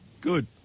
Good